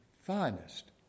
finest